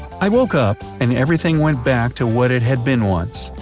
i woke up, and everything went back to what it had been once.